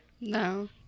No